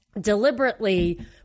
deliberately